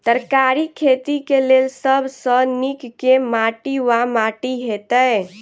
तरकारीक खेती केँ लेल सब सऽ नीक केँ माटि वा माटि हेतै?